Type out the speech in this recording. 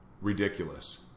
ridiculous